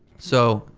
so,